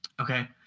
okay